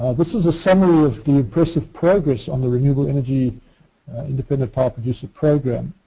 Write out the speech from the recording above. this is a summary of the impressive progress on the renewable energy independent power producers program.